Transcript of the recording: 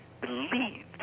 believed